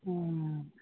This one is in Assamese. অঁ